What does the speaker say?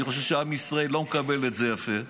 ואני חושב שעם ישראל לא מקבל את זה יפה.